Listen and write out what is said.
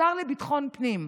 השר לביטחון פנים.